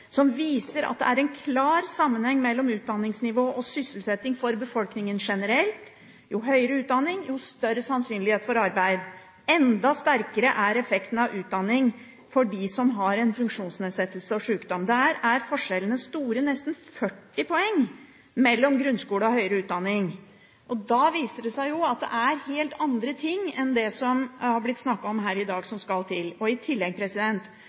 som viser at det er en klar sammenheng mellom utdanningsnivå og sysselsetting for befolkningen generelt. Jo høyere utdanning, jo større sannsynlighet for arbeid. Enda sterkere er effekten av utdanning for dem som har en funksjonsnedsettelse og sykdom. Der er forskjellene store – nesten 40 poeng mellom grunnskole og høyere utdanning. Det viser seg at det er helt andre ting enn det som det er blitt snakket om her i dag, som skal til. I tillegg: